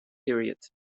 period